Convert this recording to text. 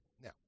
Now